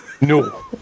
No